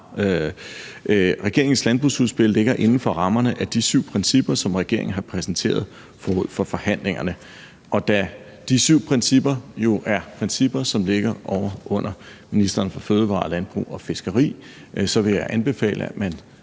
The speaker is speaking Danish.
Regeringens landbrugsudspil ligger inden for rammerne af de syv principper, som regeringen har præsenteret forud for forhandlingerne. Og da de syv principper jo er principper, som ligger ovre under ministeren for fødevarer, landbrug og fiskeri, vil jeg anbefale, at man